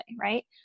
right